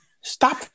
Stop